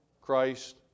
Christ